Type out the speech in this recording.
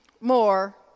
more